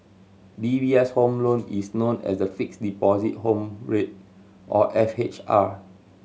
D B S Home Loan is known as the Fixed Deposit Home Rate or F H R